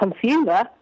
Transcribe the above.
consumer